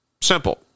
Simple